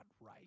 right